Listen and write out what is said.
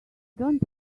don’t